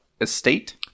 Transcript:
Estate